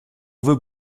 veux